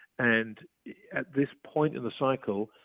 and this point in the cycle,